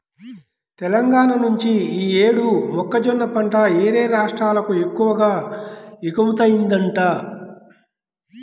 తెలంగాణా నుంచి యీ యేడు మొక్కజొన్న పంట యేరే రాష్ట్రాలకు ఎక్కువగా ఎగుమతయ్యిందంట